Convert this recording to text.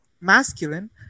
masculine